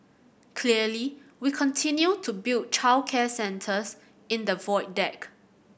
clearly we continue to build childcare centres in the Void Deck